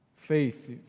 Faith